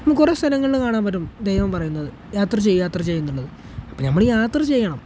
കുറേ സ്ഥലങ്ങളിൽ കാണാൻ പറ്റും ദൈവം പറയുന്നത് യാത്ര ചെയ്യു യാത്ര ചെയ്യു എന്നുള്ളത് അപ്പോൾ ഞമ്മൾ യാത്ര ചെയ്യണം